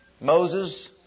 Moses